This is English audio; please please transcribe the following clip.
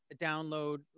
download